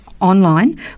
online